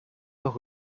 dos